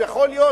יכול להיות,